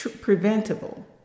preventable